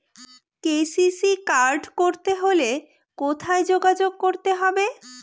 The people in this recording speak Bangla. কে.সি.সি কার্ড করতে হলে কোথায় যোগাযোগ করতে হবে?